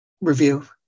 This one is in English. review